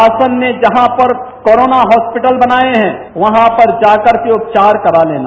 शासन ने जहां पर कोरोना हास्पिटल बनाये हैं वहां पर जाकर के उपचार करा लेना